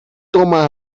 toma